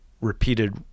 repeated